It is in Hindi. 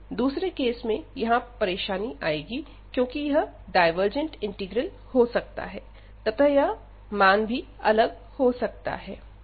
लेकिन दूसरे केस में यहां परेशानी आएगी क्योंकि यह डायवर्जेंट इंटीग्रल हो सकता है तथा यह मान भी अलग हो सकता है